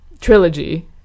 trilogy